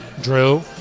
Drew